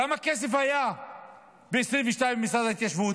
כמה כסף היה ב-2022 במשרד ההתיישבות?